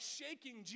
shaking